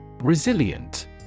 Resilient